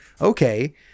okay